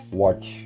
watch